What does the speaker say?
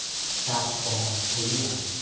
ᱪᱟᱥ ᱠᱚᱦᱚᱸ ᱦᱩᱭᱩᱜᱼᱟ